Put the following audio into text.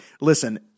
Listen